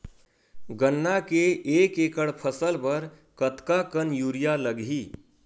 गन्ना के एक एकड़ फसल बर कतका कन यूरिया लगही?